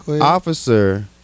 Officer